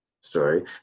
story